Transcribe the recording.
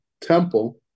Temple